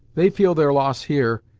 they feel their loss here,